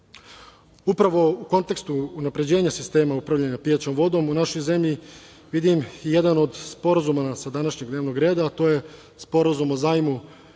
vode. Upravo u kontekstu unapređenja sistema upravljanja pijaćom vodom u našoj zemlji vidim jedan od sporazuma sa današnjeg dnevnog reda, a to je Sporazum o zajmu